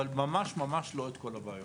אבל ממש ממש לא את כל הבעיות.